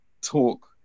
talk